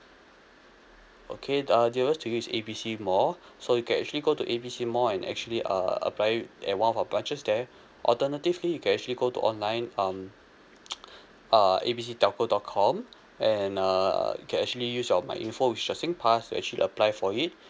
okay uh nearest to you is A B C mall so you can actually go to A B C mall and actually uh apply it at one of our branches there alternatively you can actually go to online um uh A B C telco dot com and err you can actually use your myinfo which is your singpass to actually apply for it